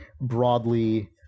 broadly